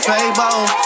Fable